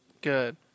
Good